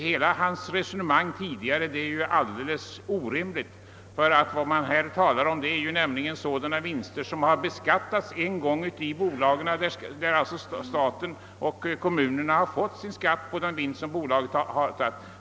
Hela herr Brandts tidigare resonemang var fullkomligt orimligt. Vad vi här talar om är nämligen sådana vinster som redan har beskattats. Staten och kommunerna har alltså fått sin skatt på den vinst som bolaget har gjort.